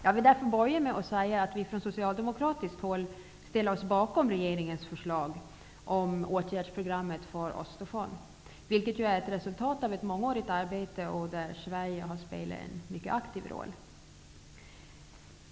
Jag vill därför börja med att säga att vi från socialdemokratiskt håll ställer oss bakom regeringens förslag om ett åtgärdsprogram för Östersjön, vilket är ett resultat av ett mångårigt arbete där Sverige har spelat en mycket aktiv roll.